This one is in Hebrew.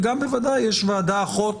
וגם בוודאי יש ועדה-אחות